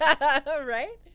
Right